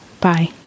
Bye